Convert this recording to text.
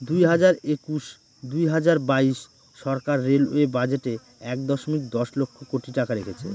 দুই হাজার একুশ দুই হাজার বাইশ সরকার রেলওয়ে বাজেটে এক দশমিক দশ লক্ষ কোটি টাকা রেখেছে